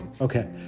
Okay